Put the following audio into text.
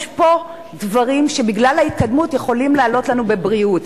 יש פה דברים שבגלל ההתקדמות יכולים לעלות לנו בבריאות.